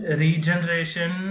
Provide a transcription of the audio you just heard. regeneration